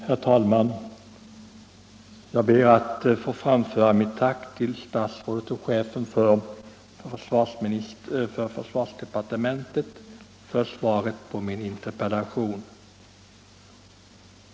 Herr talman! Jag ber att få framföra mitt tack till herr försvarsministern för svaret på min interpellation.